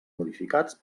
modificats